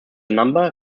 number